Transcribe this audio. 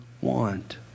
want